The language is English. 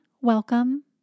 Welcome